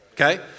okay